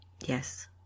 yes